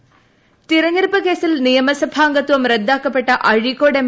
ഷാജി തെരഞ്ഞെടുപ്പ് കേസിൽ നിയമസഭാ അംഗത്വം റദ്ദാക്കപ്പെട്ട അഴീക്കോട് എം